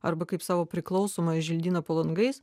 arba kaip savo priklausomąjį želdyną po langais